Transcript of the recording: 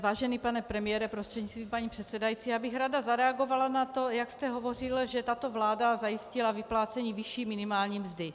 Vážený pane premiére prostřednictvím paní předsedající, já bych ráda zareagovala na to, jak jste hovořil, že tato vláda zajistila vyplácení vyšší minimální mzdy.